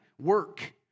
work